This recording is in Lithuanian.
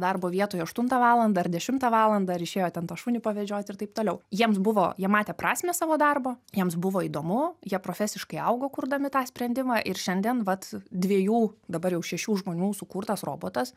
darbo vietoj aštuntą valandą ar dešimtą valandą ir išėjo ten tą šunį pavedžiot ir taip toliau jiems buvo jie matė prasmę savo darbo jiems buvo įdomu jie profesiškai augo kurdami tą sprendimą ir šiandien vat dviejų dabar jau šešių žmonių sukurtas robotas